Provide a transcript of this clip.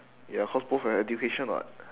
ya cause both have education what